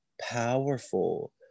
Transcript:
powerful